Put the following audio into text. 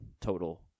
total